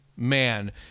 man